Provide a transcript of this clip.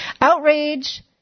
Outrage